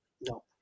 No